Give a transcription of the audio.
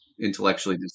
intellectually